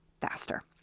faster